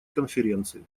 конференции